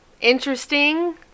interesting